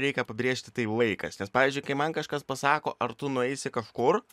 reikia pabrėžti tai laikas nes pavyzdžiui kai man kažkas pasako ar tu nueisi kažkur